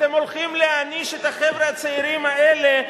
אתם הולכים להעניש את החבר'ה הצעירים האלה,